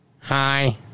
Hi